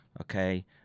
okay